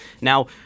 Now